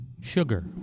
Sugar